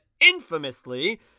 infamously